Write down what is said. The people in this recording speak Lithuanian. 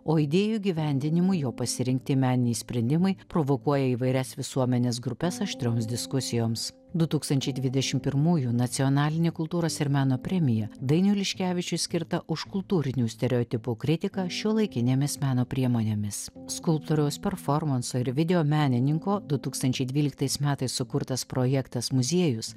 o idėjų įgyvendinimui jo pasirinkti meniniai sprendimai provokuoja įvairias visuomenės grupes aštrioms diskusijoms du tūkstančiai dvidešim pirmųjų nacionalinė kultūros ir meno premija dainiui liškevičiui skirta už kultūrinių stereotipų kritiką šiuolaikinėmis meno priemonėmis skulptoriaus performanso ir videomenininko du tūkstančiai dvyliktais metais sukurtas projektas muziejus